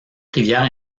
rivières